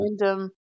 random